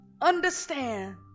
understand